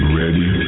ready